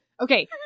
Okay